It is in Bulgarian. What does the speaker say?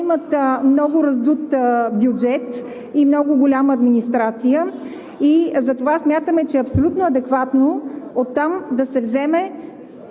имат много раздут бюджет, много голяма администрация и затова считаме, че е абсолютно адекватно оттам да се вземат